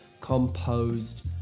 composed